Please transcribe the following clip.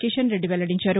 కీషన్ రెడ్డి వెల్లడించారు